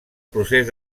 procés